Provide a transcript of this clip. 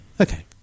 Okay